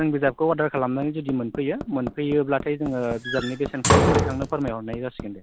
जों बिजाबखौ अरदार खालामनानै जुदि मोनफैयो मोनफैयोब्लाथाय जोङो बिजाबनि बेसेनखौ नोंथांनो फोरमाय हरनाय जासिगोन दे